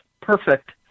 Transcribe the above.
perfect